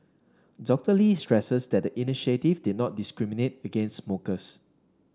Doctor Lee stressed that the initiative did not discriminate against smokers